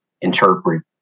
interpret